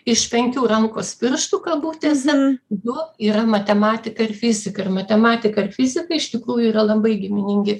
iš penkių rankos pirštų kabutėse du yra matematikai fizikai matematikai fizikai iš tikrųjų yra labai giminingi